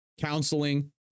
counseling